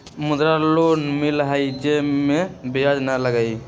मुद्रा लोन मिलहई जे में ब्याज न लगहई?